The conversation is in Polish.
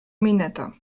mineta